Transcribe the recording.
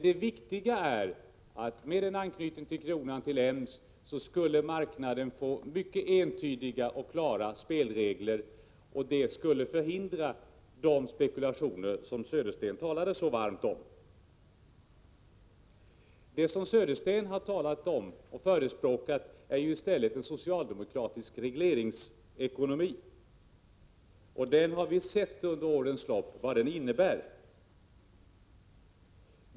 Det viktiga är emellertid att marknaden, med en anknytning av kronan till EMS, skulle få mycket entydiga och klara spelregler, och det skulle förhindra de spekulationer som Bo Södersten talade så varmt emot. Det som Bo Södersten har förespråkat är i stället en socialdemokratisk regleringsekonomi. Under årens lopp har vi sett vad den innebär.